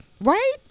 right